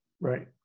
Right